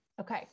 Okay